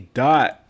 dot